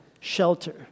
shelter